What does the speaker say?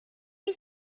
est